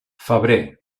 febrer